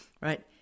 right